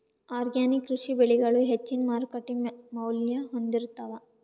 organic ಕೃಷಿ ಬೆಳಿಗಳು ಹೆಚ್ಚಿನ್ ಮಾರುಕಟ್ಟಿ ಮೌಲ್ಯ ಹೊಂದಿರುತ್ತಾವ